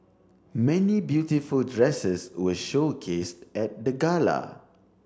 many beautiful dresses were showcase at the gala